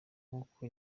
nk’uko